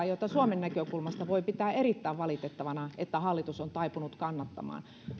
jota suomen näkökulmasta voi pitää erittäin valitettavana että hallitus on taipunut kannattamaan